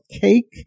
Cake